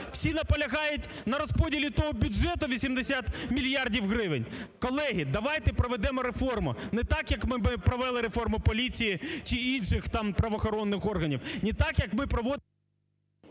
всі наполягають на розподілі того бюджету 80 мільярдів гривень? Колеги, давайте проведемо реформу не так, як ми провели реформу поліції чи інших там правоохоронних органів,